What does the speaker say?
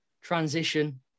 transition